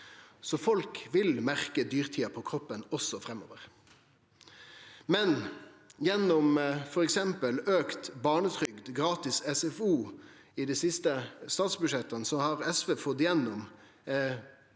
Folk vil merke dyrtida på kroppen også framover. Men gjennom f.eks. auka barnetrygd og gratis SFO i dei siste statsbudsjetta har SV fått gjennom